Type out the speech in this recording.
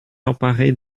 emparée